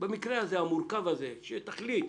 במקרה המורכב הזה שהוועדה תחליט,